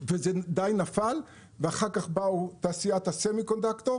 וזה די נפל ואחר כך באו תעשיית הסמיקונדוקטור